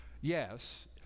yes